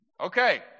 Okay